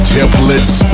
Templates